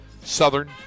Southern